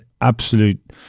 absolute